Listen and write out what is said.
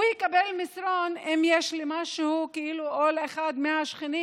הוא יקבל מסרון אם יש לי משהו או לאחד מהשכנים